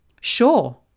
Sure